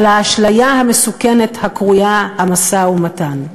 האשליה המסוכנת הקרויה "משא-ומתן".